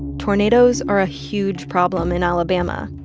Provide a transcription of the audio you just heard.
tornadoes are a huge problem in alabama.